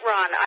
Ron